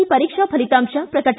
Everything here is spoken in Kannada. ಸಿ ಪರೀಕ್ಷಾ ಫಲಿತಾಂಶ ಪ್ರಕಟ